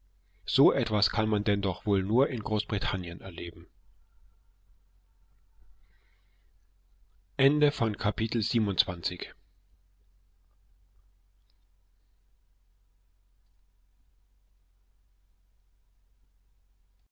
so etwas kann man denn doch wohl nur in großbritannien erleben